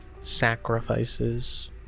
sacrifices